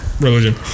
religion